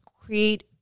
create